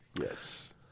Yes